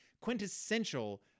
quintessential